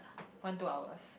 one two hours